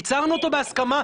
יצרנו אותו בהסכמה,